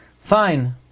Fine